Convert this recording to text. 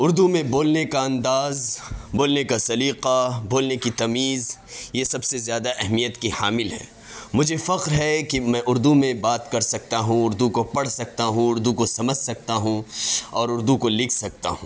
اردو میں بولنے کا انداز بولنے کا سلیقہ بولنے کی تمیز یہ سب سے زیادہ اہمیت کی حامل ہیں مجھے فخر ہے کہ میں اردو میں بات کر سکتا ہوں اردو کو پڑھ سکتا ہوں اردو کو سمجھ سکتا ہوں اور اردو کو لکھ سکتا ہوں